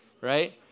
right